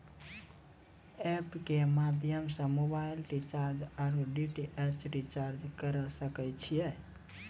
App के माध्यम से मोबाइल रिचार्ज ओर डी.टी.एच रिचार्ज करऽ सके छी यो?